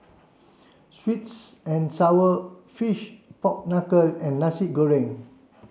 sweets and sour fish pork knuckle and Nasi Goreng